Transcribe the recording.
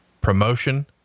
promotion